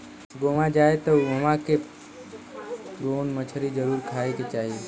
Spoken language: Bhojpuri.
गोवा जाए त उहवा के प्रोन मछरी जरुर खाए के चाही